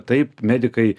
taip medikai